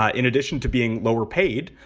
ah in addition to being lower paid,